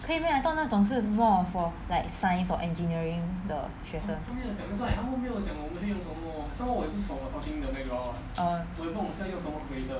可以 meh I thought 那种是 more of for like science or engineering 的学生